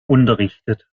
unterrichtet